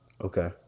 Okay